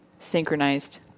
Synchronized